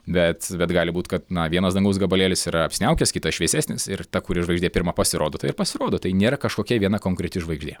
bet bet gali būt kad na vienas dangaus gabalėlis yra apsiniaukęs kitas šviesesnis ir ta kuri žvaigždė pirma pasirodo ta ir pasirodo tai nėra kažkokia viena konkreti žvaigždė